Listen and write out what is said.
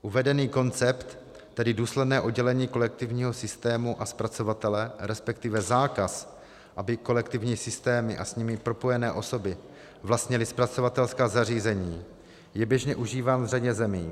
Uvedený koncept, tedy důsledné oddělení kolektivního systému a zpracovatele, resp. zákaz, aby kolektivní systémy a s nimi propojené osoby vlastnily zpracovatelská zařízení, je běžně užíván v řadě zemí.